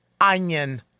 Onion